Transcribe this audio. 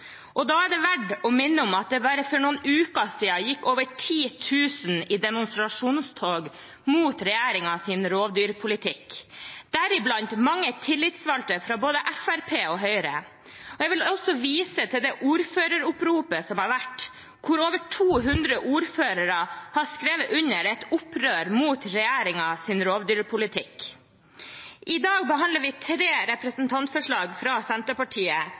Da er det verdt å minne om at bare for noen uker siden gikk over 10 000 i demonstrasjonstog mot regjeringens rovdyrpolitikk – deriblant mange tillitsvalgte fra både Fremskrittspartiet og Høyre. Jeg vil også vise til ordføreroppropet som har vært, hvor over 200 ordførere har skrevet under på et opprør mot regjeringens rovdyrpolitikk. I dag behandler vi tre representantforslag fra Senterpartiet,